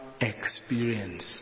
experience